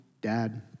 dad